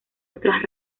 otras